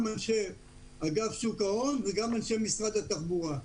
גם אנשי אגף שוק ההון וגם אנשי משרד התחבורה,